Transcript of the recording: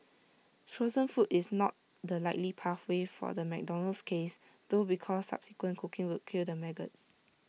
frozen food is not the likely pathway for the McDonald's case though because subsequent cooking would kill the maggots